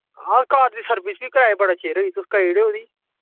हां हां कार दी सर्विस कराए दे बी बड़ा चिर होई गेआ तुस कराई ओड़ी ओह्दी